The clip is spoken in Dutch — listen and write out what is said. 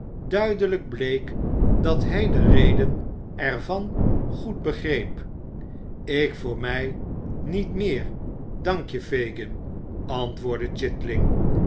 duidelijk bleek dat hij de reden er van goed begreep ik voor mij niet meer dankje fagin antwoordde chitling